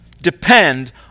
depend